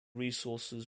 resources